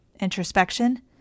introspection